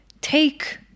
take